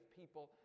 people